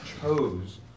chose